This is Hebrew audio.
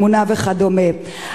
"אמונה" וכדומה.